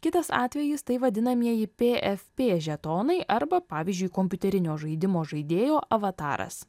kitas atvejis tai vadinamieji pfp žetonai arba pavyzdžiui kompiuterinio žaidimo žaidėjo avataras